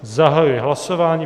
Zahajuji hlasování.